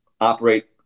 operate